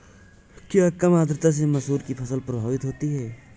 क्या कम आर्द्रता से मसूर की फसल प्रभावित होगी?